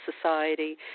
Society